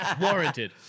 Warranted